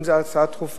אם זו היתה הצעה דחופה,